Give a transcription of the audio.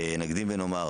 נקדים ונאמר